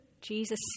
Jesus